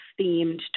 themed